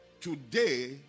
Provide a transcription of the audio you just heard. today